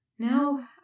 No